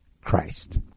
Christ